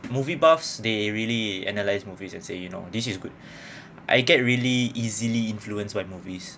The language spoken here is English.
movie buffs they really analyze movies and say you know this is good I get really easily influenced by movies